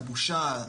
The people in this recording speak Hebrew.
הבושה.